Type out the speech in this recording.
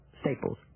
Staples